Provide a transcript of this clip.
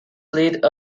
played